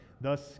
thus